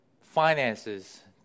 finances